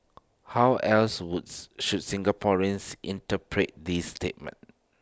how else Woods should Singaporeans interpret this statement